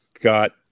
got